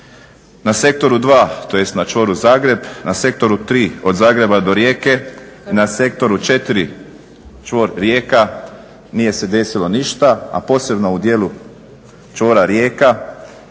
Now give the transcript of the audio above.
Na sektoru 2 tj. na čvoru Zagreb, na sektoru 3 od Zagreba do Rijeke, na sektoru 4 čvor Rijeka, nije se desilo ništa, a posebno u dijelu čvora Rijeka